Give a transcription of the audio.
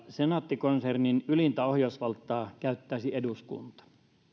senaatti konsernin ylintä ohjausvaltaa käyttäisi eduskunta